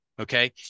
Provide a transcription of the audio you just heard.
Okay